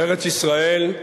ארץ-ישראל,